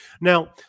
Now